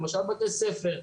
למשל בתי ספר.